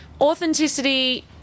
Authenticity